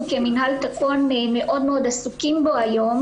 כמינהל תקון מאוד מאוד עסוקים בו היום,